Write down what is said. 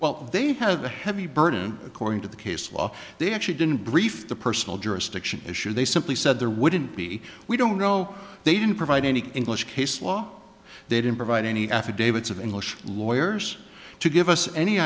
well they have a heavy burden according to the case law they actually didn't brief the personal jurisdiction issue they simply said there wouldn't be we don't know they didn't provide any english case law they didn't provide any affidavits of english lawyers to give us any